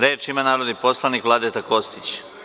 Reč ima narodni poslanik Vladeta Kostić.